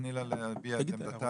תני לה להביע את עמדתה.